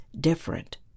different